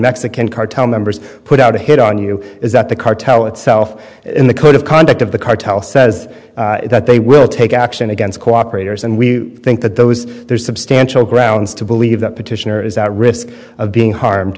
mexican cartel members put out a hit on you is that the cartel itself in the code of conduct of the cartel says that they will take action against cooperators and we think that those there's substantial grounds to believe that petitioner is at risk of being harmed